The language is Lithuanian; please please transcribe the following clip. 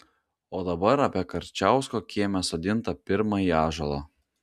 o dabar apie karčiausko kieme sodintą pirmąjį ąžuolą